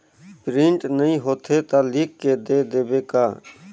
Print नइ होथे ता लिख के दे देबे का?